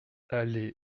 allée